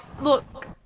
Look